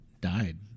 died